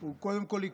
הוא קודם כול,